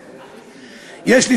מלכתחילה.